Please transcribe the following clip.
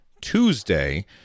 Tuesday